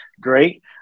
great